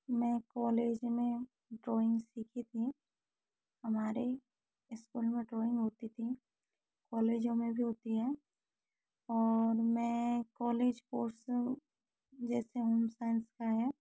मै college में drawing सीखी थी हमारे स्कूल में ड्रॉइंग होती थी कॉलेजों में भी होती है और मैं कॉलेज पोर्सन हूँ जैसे होम साइंस का है